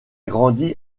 grandi